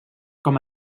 com